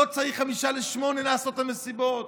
לא צריך ב-19:55 לעשות מסיבות,